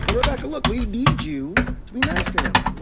and rebecca look, we need you to be nice to him,